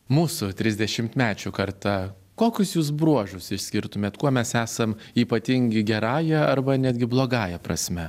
mūsų trisdešimtmečių karta kokius jūs bruožus išskirtumėt kuo mes esam ypatingi gerąja arba netgi blogąja prasme